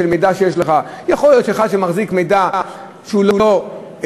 יכול להיות אחד שמחזיק מידע שהוא לא רחב,